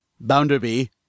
bounderby